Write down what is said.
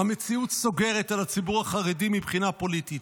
"המציאות סוגרת על הציבור החרדי מבחינה פוליטית.